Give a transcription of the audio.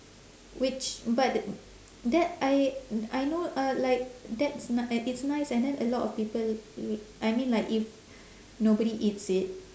which but that I I know uh like that's n~ i~ it's nice and then a lot of people l~ I mean like if nobody eats it